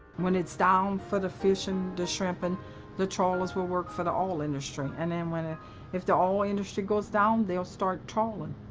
when it's down for the fishing, the shrimping, the trawlers will work for the um oil industry and then ah if the um oil industry goes down, they'll start trawling.